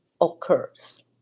occurs